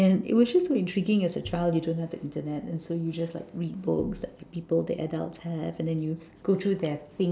and it was just so intriguing as a child you don't have the internet and so you just like read books that the people the adults had and you go through their